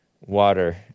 water